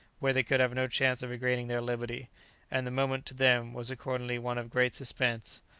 where they could have no chance of regaining their liberty and the moment, to them, was accordingly one of great suspense.